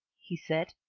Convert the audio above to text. he said.